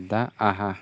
दा आंहा